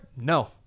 No